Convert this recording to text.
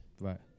Right